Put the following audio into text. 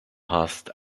hast